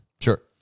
Sure